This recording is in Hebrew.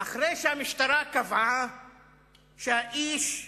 אחרי שהמשטרה קבעה שהאיש,